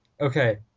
Okay